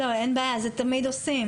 לא, אין בעיה, את זה תמיד עושים.